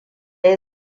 ya